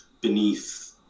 beneath